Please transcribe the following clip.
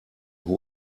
who